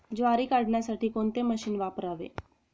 ज्वारी काढण्यासाठी कोणते मशीन वापरावे?